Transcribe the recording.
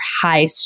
high